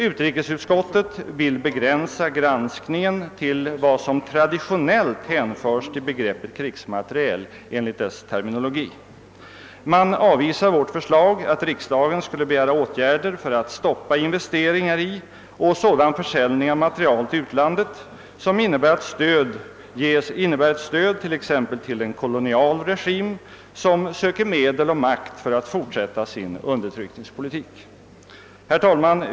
Utrikesutskottet vill begränsa granskningen till vad som traditionellt hänförs till begreppet krigsmateriel enligt utskottets terminologi. Man avvisar vårt förslag att riksdagen skulle begära åtgärder för att stoppa investeringar i och sådan försäljning av materiel till utlandet som innebär att stöd ges t.ex. till en kolonial regim som söker medel och makt för att fortsätta sin undertryckningspolitik. Herr talman!